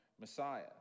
Messiah